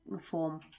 form